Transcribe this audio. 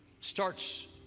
starts